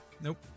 Nope